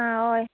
आं हय